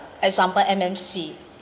example M_N_C